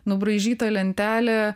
nubraižyta lentelė